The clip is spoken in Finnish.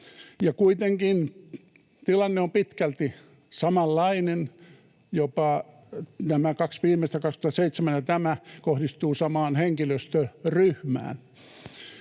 Kuitenkin tilanne on pitkälti samanlainen, jopa nämä kaksi viimeistä, vuoden 2007 laki ja tämä, kohdistuvat samaan henkilöstöryhmään.